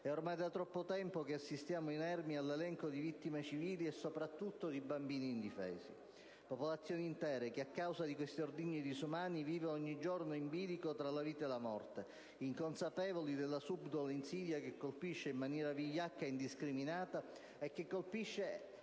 Ormai da troppo tempo assistiamo inermi all'elenco di vittime civili, e soprattutto di bambini indifesi, vediamo popolazioni intere che a causa di questi ordigni disumani vivono ogni giorno in bilico tra la vita e la morte, inconsapevoli della subdola insidia che colpisce in maniera vigliacca ed indiscriminata e che fa